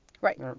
Right